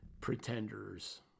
pretenders